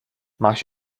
máš